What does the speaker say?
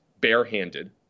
barehanded